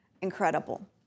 Incredible